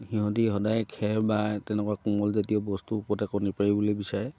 সিহঁতি সদায় খেৰ বা তেনেকুৱা কোমলজাতীয় বস্তুৰ ওপতে কণী পাৰিবলৈ বিচাৰে